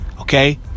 Okay